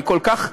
אני כל כך,